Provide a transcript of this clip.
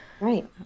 Right